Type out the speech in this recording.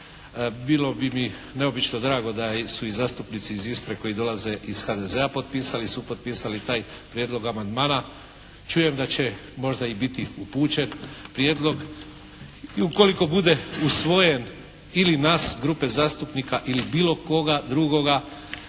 Bilo bi mi neobično drago da su i zastupnici iz Istre koji dolaze iz HDZ-a potpisali, supotpisali taj prijedlog amandmana. Čujem da će možda biti i upućen prijedlog. I ukoliko bude usvojen ili nas grupe zastupnika ili bilo koga drugoga